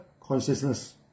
consciousness